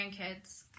grandkids